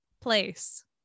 place